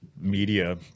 media